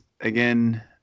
again